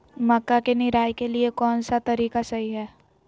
मक्का के निराई के लिए कौन सा तरीका सही है?